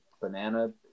banana